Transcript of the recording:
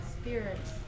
spirits